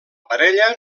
parella